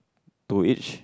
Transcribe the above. to each